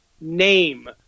name